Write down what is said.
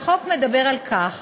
החוק מדבר על כך